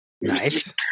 Nice